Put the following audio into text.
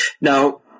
Now